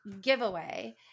giveaway